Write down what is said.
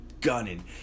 gunning